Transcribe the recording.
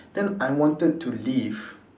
then I wanted to leave